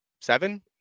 seven